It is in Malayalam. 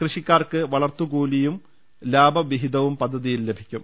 കൃഷിക്കാർക്ക് വളർത്തുകൂലിയും ലാഭ വിഹിതവും പദ്ധതിയിൽ ലഭിക്കും